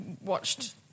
watched